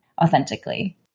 authentically